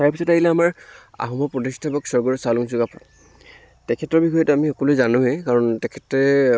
তাৰ পিছতে আহিলে আমাৰ আহোমৰ প্ৰতিষ্ঠাপক স্বৰ্গদেউ চাওলুং চুকাফা তেখেতৰ বিষয়েতো আমি সকলোৱে জানোয়েই কাৰণ তেখেতে